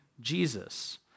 Jesus